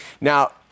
Now